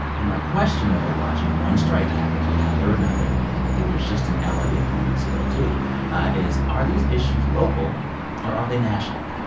and my question, though, watching one strike happen after another and it was just in l a. a few weeks ago, too is, are these issues local or are they national?